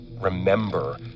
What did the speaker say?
remember